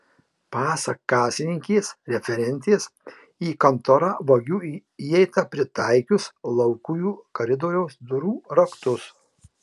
pasak kasininkės referentės į kontorą vagių įeita pritaikius laukujų koridoriaus durų raktus